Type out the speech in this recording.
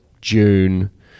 June